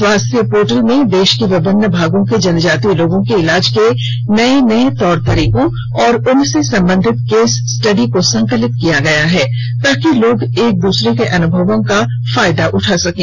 स्वास्थ्य पोर्टल में देश के विभिन्न भागों के जनजातीय लोगों के इलाज के नए नए तौर तरीकों और उनसे संबंधित केस स्टडी को संकलित किया गया है ताकि लोग एक दूसरे के अनुभवों का फायदा उठा सकें